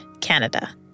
Canada